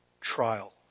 trial